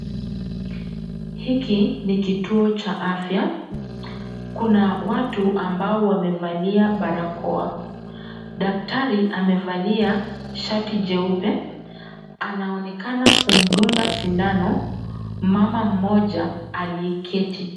Hiki ni kituo cha afya. Kuna watu ambao wamevalia barakoa. Daktari amevalia shati jeupe, anaonekana kumdunga sindano, mama mmoja aliyeketi.